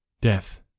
Death